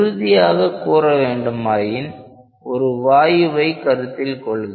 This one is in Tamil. உறுதியாக கூற வேண்டுமாயின் ஒரு வாயுவை கருத்தில் கொள்க